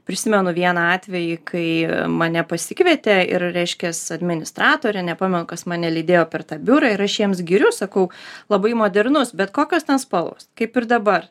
prisimenu vieną atvejį kai mane pasikvietė ir reiškias administratorė nepamenu kas mane lydėjo per tą biurą ir aš jiems giriu sakau labai modernus bet kokios spalvos kaip ir dabar